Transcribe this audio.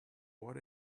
what